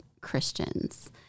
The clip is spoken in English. Christians